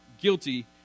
guilty